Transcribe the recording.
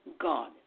God